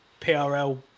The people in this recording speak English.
PRL